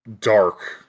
dark